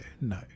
no